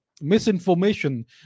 misinformation